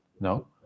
no